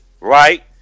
right